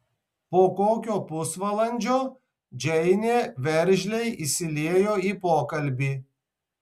po kokio pusvalandžio džeinė veržliai įsiliejo į pokalbį